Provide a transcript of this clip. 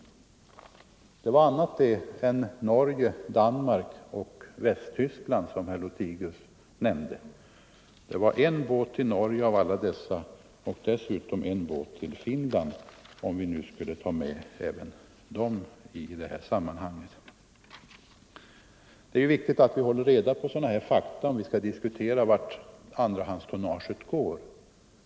Om stöd åt den Det var annat än Norge, Danmark och Västtyskland, som herr Lot = mindre sjöfarten higius nämnde. Det var en båt till Norge av alla dessa och dessutom en båt till Finland, om vi nu tar med även det i sammanhanget. Det är viktigt att vi håller reda på sådana fakta om vi skall diskutera vart andrahandstonnaget går.